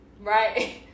Right